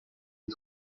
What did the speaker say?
des